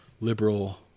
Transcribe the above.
liberal